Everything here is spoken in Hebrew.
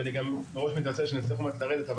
ואני גם מראש מתנצל שאני אצטרך עוד מעט לרדת.